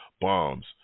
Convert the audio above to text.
bombs